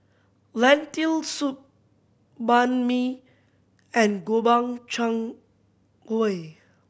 Lentil Soup Banh Mi and Gobchang Gui